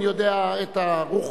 אני יודע את הרוחות,